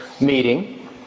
meeting